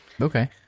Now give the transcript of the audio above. Okay